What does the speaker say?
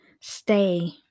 stay